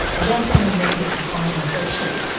just when we need it to fight infections?